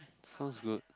sounds good